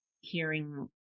hearing